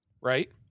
right